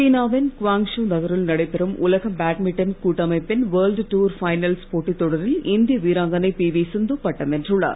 சீனாவின் குவாங்ஷு நகரில் நடைபெறும் உலக பேட்மின்டன் கூட்டமைப்பின் வேர்ல்ட் டூர் பைனல்ஸ் போட்டித்தொடரில் இந்திய வீராங்கனை பிவி சிந்து பட்டம் வென்றுள்ளார்